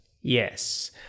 Yes